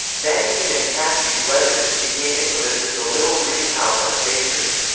mannington and caskey's residence became infamous as the little green house on k street.